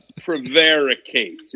prevaricate